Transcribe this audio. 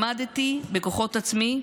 למדתי בכוחות עצמי,